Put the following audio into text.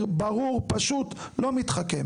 התעריף.